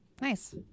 Nice